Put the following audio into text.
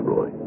Roy